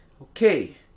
Okay